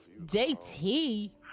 JT